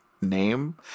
name